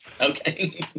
Okay